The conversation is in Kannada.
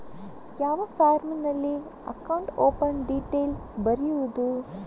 ಯಾವ ಫಾರ್ಮಿನಲ್ಲಿ ಅಕೌಂಟ್ ಓಪನ್ ಡೀಟೇಲ್ ಬರೆಯುವುದು?